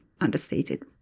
understated